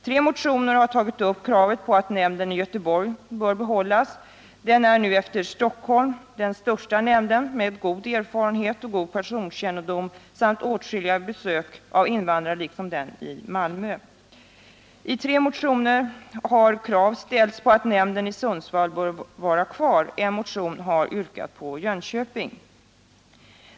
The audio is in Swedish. Tre motioner har tagit upp kravet på att nämnden i Göteborg skall behållas. Den är nu efter nämnden i Stockholm den största nämnden med god erfarenhet och god personkännedom samt åtskilliga besök av invandrare liksom den i Malmö. I tre motioner har krav ställts på att nämnden i Sundsvall skall vara kvar. En motion har yrkat på Jönköping som lokaliseringsort.